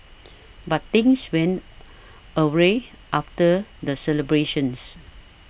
but things went awry after the celebrations